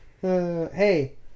Hey